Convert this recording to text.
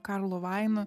karlu vainu